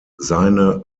seine